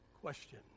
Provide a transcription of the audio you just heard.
question